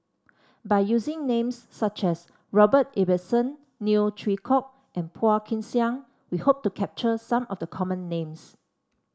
by using names such as Robert Ibbetson Neo Chwee Kok and Phua Kin Siang we hope to capture some of the common names